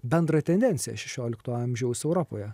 bendrą tendenciją šešiolikto amžiaus europoje